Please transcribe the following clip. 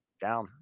down